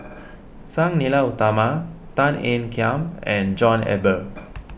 Sang Nila Utama Tan Ean Kiam and John Eber